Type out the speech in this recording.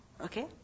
Okay